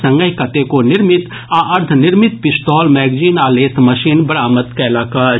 संगहि कतेको निर्मित आ अर्द्वनिर्मित पिस्तौल मैगजीन आ लेथ मशीन बरामद कयलक अछि